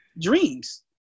dreams